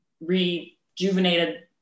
rejuvenated